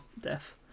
death